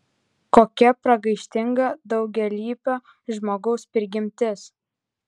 kokia pragaištinga daugialypio žmogaus prigimtis